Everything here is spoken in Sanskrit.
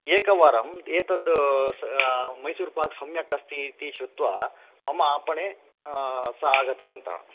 एकवारम् एतद् मैसूर्पाक् सम्यक् अस्ति इति श्रुत्वा मम आपणे सः आगतवन्तः